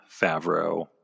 Favreau